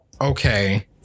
okay